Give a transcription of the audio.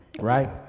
right